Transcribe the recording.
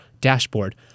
dashboard